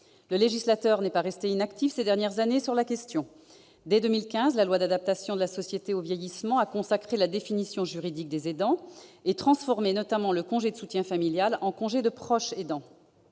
Le législateur n'est pas resté inactif ces dernières années sur la question. Dès 2015, la loi relative à l'adaptation de la société au vieillissement a consacré la définition juridique des aidants et transformé le congé de soutien familial en congé de proche aidant.